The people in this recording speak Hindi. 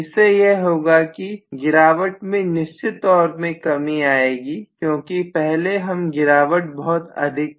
इससे यह होगा कि गिरावट में निश्चित तौर पर कमी आएगी क्योंकि पहले यह गिरावट बहुत अधिक थी